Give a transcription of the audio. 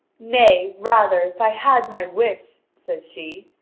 nay, rather, if i had my wish, says she,